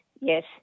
yes